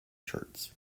shirts